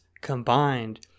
combined